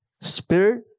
Spirit